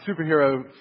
superhero